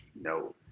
no